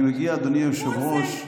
עכשיו אני מגיע, אדוני היושב-ראש --- מול זה.